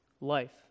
life